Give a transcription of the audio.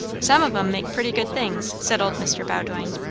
some of em make pretty good things, said old mr. bowdoin.